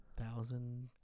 thousand